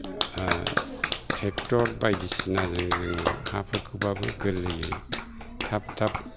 tractor बायदिसिनाजों जोङो हाफोरखौबाबो गोरलैयै थाब थाब